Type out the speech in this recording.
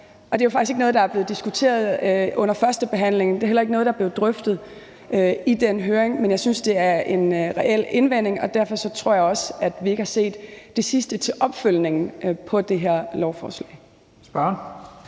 Det er jo faktisk ikke noget, der er blevet diskuteret under førstebehandlingen. Det er heller ikke noget, der er blevet drøftet i høringen. Men jeg synes, at det er en reel indvending, og derfor tror jeg også, at vi ikke har set det sidste til opfølgningen på det her lovforslag.